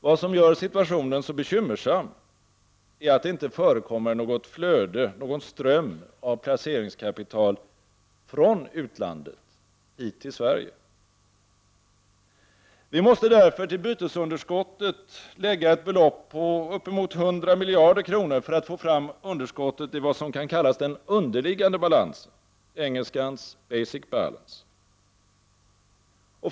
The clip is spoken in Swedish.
Vad som gör situationen så bekymmersam är att det inte förekommer något flöde av placeringskapital från utlandet hit till Sverige. Vi måste därför till bytesunderskottet lägga ett belopp på upp emot 100 miljarder kronor för att få fram underskottet i vad som kan kallas den underliggande balansen, engelskans ”basic balance”.